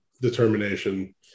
determination